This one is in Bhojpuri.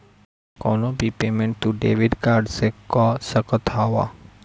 कवनो भी पेमेंट तू डेबिट कार्ड से कअ सकत हवअ